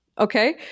Okay